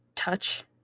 touch